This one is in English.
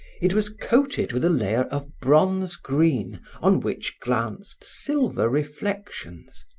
it was coated with a layer of bronze green on which glanced silver reflections.